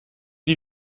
les